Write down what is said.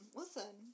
Listen